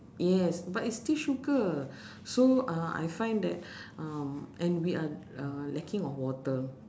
yes but it's still sugar so uh I find that um and we are uh lacking of water